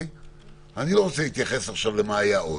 אני לא רוצה להתייחס למה שהיה,